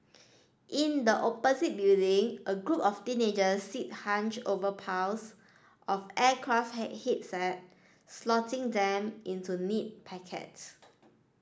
in the opposite building a group of teenagers sit hunched over piles of aircraft head slotting them into neat packets